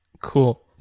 Cool